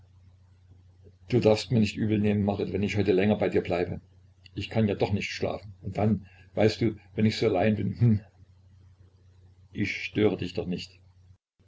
du darfst mir nicht übel nehmen marit wenn ich heute länger bei dir bleibe ich kann ja doch nicht schlafen und dann weißt du wenn ich so allein bin hm ich störe dich doch nicht